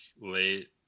late